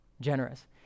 Generous